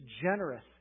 generous